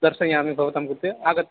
दर्शयामि भवतां कृते आगताः